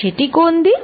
সেটি কোন দিক